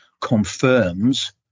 confirms